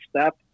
step